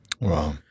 Wow